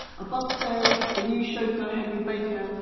above stairs, the new chauffeur, henry baker,